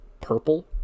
purple